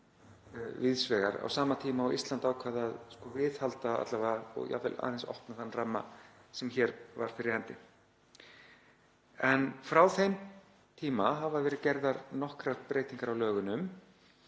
víðs vegar á sama tíma og Ísland ákvað að viðhalda alla vega og jafnvel opna aðeins þann ramma sem var hér fyrir hendi. En frá þeim tíma hafa verið gerðar nokkrar breytingar á lögunum.